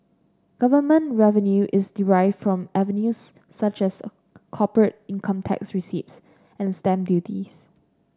government revenue is derived from avenues such as corporate income tax receipts and stamp duties